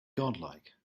godlike